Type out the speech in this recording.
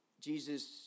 Jesus